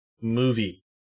movie